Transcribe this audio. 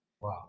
Wow